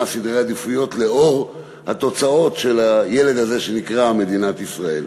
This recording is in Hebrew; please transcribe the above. סדרי העדיפויות לאור התוצאות של הילד הזה שנקרא מדינת ישראל.